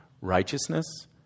righteousness